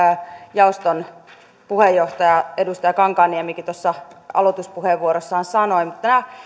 jaoston puheenjohtaja edustaja kankaanniemikin tuossa aloituspuheenvuorossaan sanoi